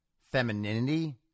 femininity